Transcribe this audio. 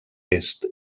est